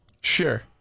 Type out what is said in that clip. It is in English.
Sure